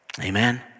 Amen